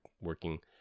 working